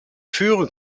führen